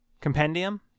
Compendium